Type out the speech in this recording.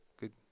Good